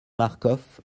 marcof